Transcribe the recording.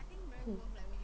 hmm